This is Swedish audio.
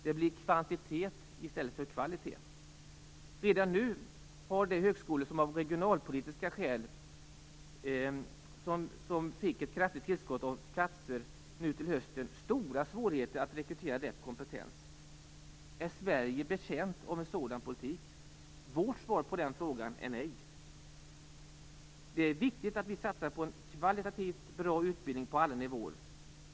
Det blir kvantitet i stället för kvalitet. Redan nu har de högskolor som av regionalpolitiska skäl fick ett kraftigt tillskott av platser nu till hösten stora svårigheter att rekrytera rätt kompetens. Är Sverige betjänt av en sådan politik? Vårt svar på den frågan är nej. Det är viktigt att vi satsar på en kvalitativt bra utbildning på alla nivåer.